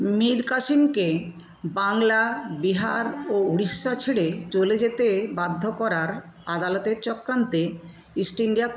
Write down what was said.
মীর কাসিমকে বাংলা বিহার ও উড়িষ্যা ছেড়ে চলে যেতে বাধ্য করার আদালতের চক্রান্তে ইস্ট ইন্ডিয়া কোম্পানি উৎসাহ জোগায়